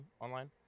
online